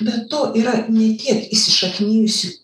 be to yra ne tiek įsišaknijusių